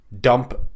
dump